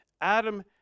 Adam